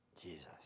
Jesus